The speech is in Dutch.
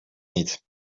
niet